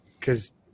Cause